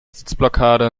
sitzblockade